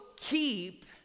keep